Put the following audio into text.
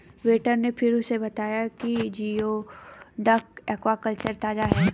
waiter ने फिर उसे बताया कि जिओडक एक्वाकल्चर ताजा है